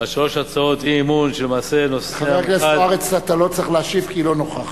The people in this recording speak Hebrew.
על שלוש הצעות אי-אמון, שלמעשה נושאן הוא אחד,